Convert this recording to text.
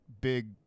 big